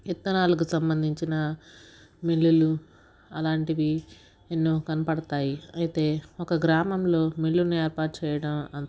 విత్తనాలకు సంబంధించిన మిల్లులు అలాంటివి ఎన్నో కనబడతాయి అయితే ఒక గ్రామంలో మిల్లుని ఏర్పాటు చేయటం